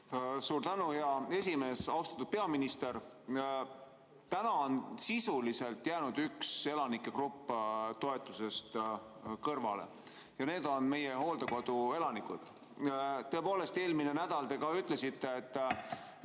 Suur tänu, hea esimees! Austatud peaminister! Täna on sisuliselt jäänud üks elanikegrupp toetusest kõrvale. Need on hooldekoduelanikud. Tõepoolest, eelmine nädal te ka ütlesite, et